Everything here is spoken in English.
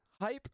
hype